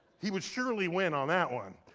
he would surely win on that one.